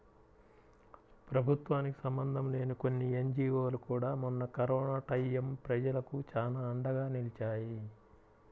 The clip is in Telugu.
ప్రభుత్వానికి సంబంధం లేని కొన్ని ఎన్జీవోలు కూడా మొన్న కరోనా టైయ్యం ప్రజలకు చానా అండగా నిలిచాయి